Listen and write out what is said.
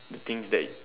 the things that